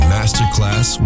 Masterclass